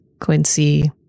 Quincy